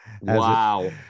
Wow